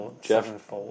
Jeff